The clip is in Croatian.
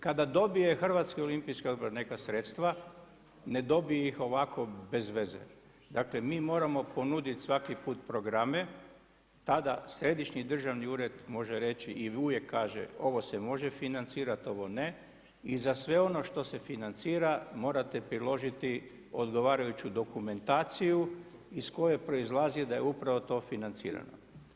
Kada dobije HOO neka sredstva ne dobije ih ovako bez veze, dakle mi moramo ponuditi svaki put programe, tada središnji državni ured može reći i uvijek kaže ovo se može financirati, ovo ne i za sve ono što se financira morate priložiti odgovarajuću dokumentaciju iz koje proizlazi da je upravo to financirano.